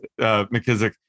McKissick